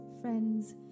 friends